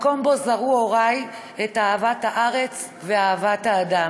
מקום שבו זרעו הוריי את אהבת הארץ ואהבת האדם.